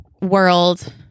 world